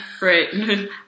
Right